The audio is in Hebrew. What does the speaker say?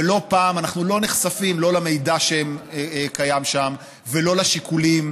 ולא פעם אנחנו לא נחשפים לא למידע שקיים שם ולא לשיקולים,